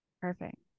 Perfect